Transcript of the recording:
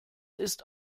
ist